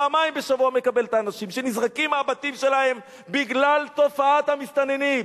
פעמיים בשבוע מקבל את האנשים שנזרקים מהבתים שלהם בגלל תופעת המסתננים.